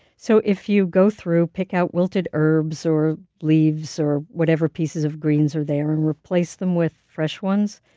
so, if you go through, pick out wilted herbs or leaves or whatever pieces of greens are there, and replace them with fresh ones,